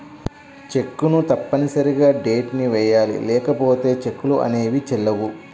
చెక్కును తప్పనిసరిగా డేట్ ని వెయ్యాలి లేకపోతే చెక్కులు అనేవి చెల్లవు